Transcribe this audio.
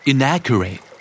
Inaccurate